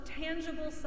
tangible